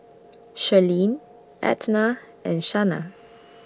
Sherlyn Edna and Shanna